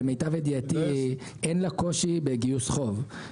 למיטב ידיעתי, אין לה קושי בגיוס חוב.